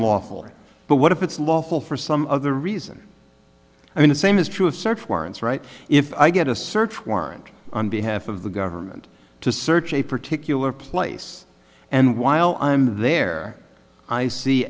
lawful but what if it's lawful for some other reason i mean the same is true of search warrants right if i get a search warrant on behalf of the government to search a particular place and while i'm there i see